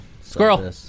Squirrel